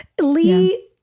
Lee